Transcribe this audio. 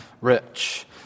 rich